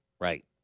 Right